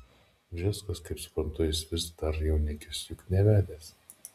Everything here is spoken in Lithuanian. bžeskas kaip suprantu jis vis dar jaunikis juk nevedęs